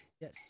Yes